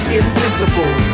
invisible